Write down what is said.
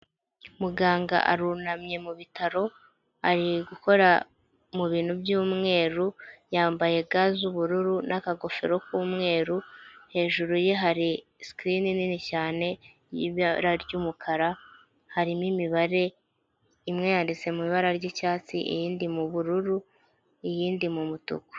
Muganga arunamye mu bitaro ari gukora mu bintu by'umweru yambaye ga z'ubururu n'akagofero k'umweru, hejuru ye hari sikirini nini cyane y'ibara ry'umukara harimo imibare imwe yanditse mu ibara ry'icyatsi iyindi mu bururu iyindi mu mutuku.